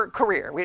career